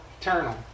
eternal